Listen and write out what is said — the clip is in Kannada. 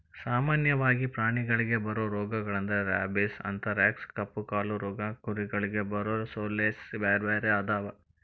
ಸಾಮನ್ಯವಾಗಿ ಪ್ರಾಣಿಗಳಿಗೆ ಬರೋ ರೋಗಗಳಂದ್ರ ರೇಬಿಸ್, ಅಂಥರಾಕ್ಸ್ ಕಪ್ಪುಕಾಲು ರೋಗ ಕುರಿಗಳಿಗೆ ಬರೊಸೋಲೇಸ್ ಬ್ಯಾರ್ಬ್ಯಾರೇ ಅದಾವ